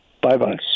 Bye-bye